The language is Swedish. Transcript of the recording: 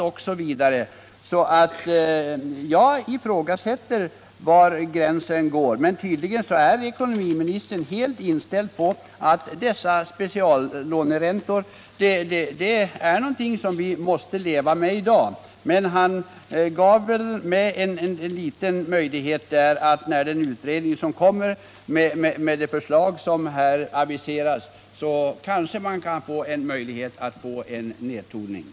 Jag ifrågasätter alltså var gränsen för ockerränta går. Tydligen är ekonomiministern helt inställd på att vi i dag måste leva med dessa speciallåneräntor. Han gav väl dock ett litet hopp: när de pågående utredningarna lägger fram sina aviserade förslag kanske det blir en nedtoning av denna verksamhet.